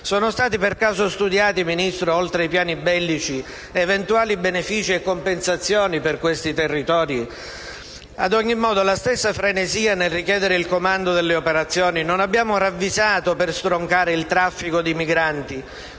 Sono stati per caso studiati, signor Ministro, oltre i piani bellici, eventuali benefici e compensazioni per questi territori? Ad ogni modo, la stessa frenesia nel richiedere il comando delle operazioni non l'abbiamo ravvisata per stroncare il traffico di migranti,